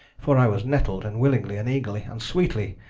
for i was nettl'd, and willingly, and eagerly, and sweetly,